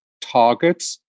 targets